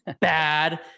bad